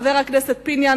חבר הכנסת פיניאן,